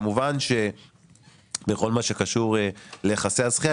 כמובן שבכל מה שקשור ליחסי הזכייה,